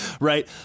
Right